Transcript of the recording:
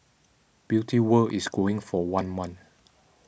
Beauty World is going for one month